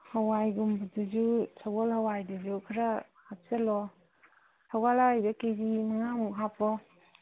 ꯍꯋꯥꯏꯒꯨꯝꯕꯗꯨꯁꯨ ꯁꯒꯣꯜ ꯍꯋꯥꯏꯗꯨꯁꯨ ꯈꯔ ꯍꯥꯞꯆꯜꯂꯣ ꯁꯒꯣꯜ ꯍꯋꯥꯏꯗꯣ ꯀꯦꯖꯤ ꯃꯉꯥꯃꯨꯛ ꯍꯥꯞꯄꯣ